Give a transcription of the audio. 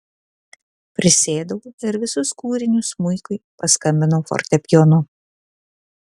prisėdau ir visus kūrinius smuikui paskambinau fortepijonu